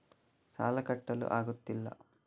ಸಾಲ ಕಟ್ಟಲು ಆಗುತ್ತಿಲ್ಲ